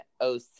OC